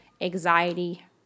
Anxiety